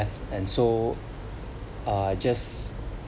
and so uh just